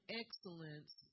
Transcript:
excellence